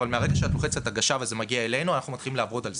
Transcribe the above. אבל מרגע שאת לוחצת על הגשה וזה מגיע אלינו אנחנו מתחילים לעבוד על זה.